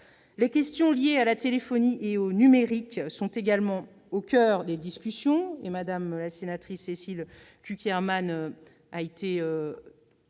aux questions liées à la téléphonie et au numérique, qui sont également au coeur des discussions.